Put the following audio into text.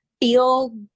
feel